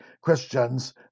Christians